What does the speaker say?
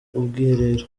ubwiherero